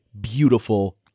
beautiful